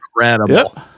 incredible